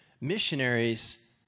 missionaries